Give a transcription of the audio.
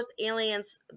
aliens